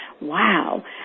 wow